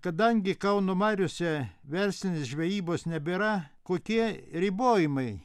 kadangi kauno mariose verslinės žvejybos nebėra kokie ribojimai